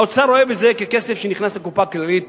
האוצר רואה בזה כסף שנכנס לקופה כללית,